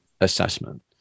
assessment